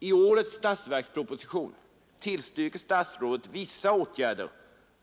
I årets statsverksproposition tillstyrker statsrådet vissa åtgärder